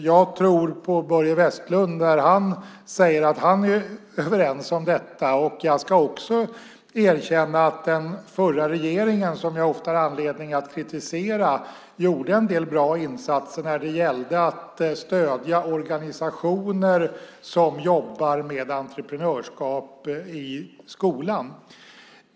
Jag tror på Börje Vestlund när han säger att han är överens om detta, och jag ska också erkänna att den förra regeringen, som jag ofta har anledning att kritisera, gjorde en del bra insatser när det gällde att stödja organisationer som jobbar med entreprenörskap i skolan.